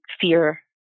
fear